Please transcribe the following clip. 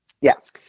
Yes